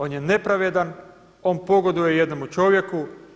On je nepravedan, on pogoduje jednomu čovjeku.